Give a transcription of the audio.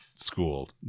school